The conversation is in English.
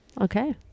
Okay